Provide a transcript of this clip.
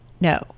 No